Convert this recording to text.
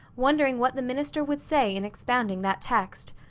wondering what the minister would say in expounding that text.